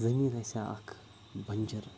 زٔمیٖن آسہِ ہا اَکھ بنٛجَر